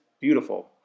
beautiful